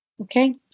Okay